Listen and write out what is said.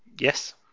Yes